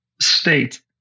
state